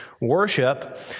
worship